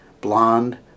Blonde